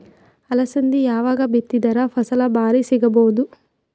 ಅಲಸಂದಿ ಯಾವಾಗ ಬಿತ್ತಿದರ ಫಸಲ ಭಾರಿ ಸಿಗಭೂದು?